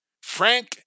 Frank